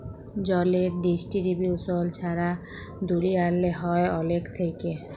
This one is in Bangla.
জলের ডিস্টিরিবিউশল ছারা দুলিয়াল্লে হ্যয় অলেক থ্যাইকে